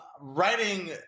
writing